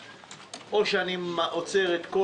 או שאני עוצר את כל